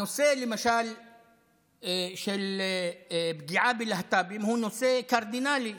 הנושא של פגיעה בלהט"בים, למשל, הוא נושא קרדינלי,